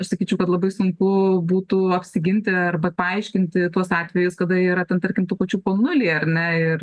aš sakyčiau kad labai sunku būtų apsiginti arba paaiškinti tuos atvejus kada yra ten tarkim tų pačių po nulį ar ne ir